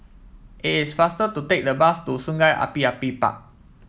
it is faster to take the bus to Sungei Api Api Park